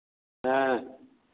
हाँ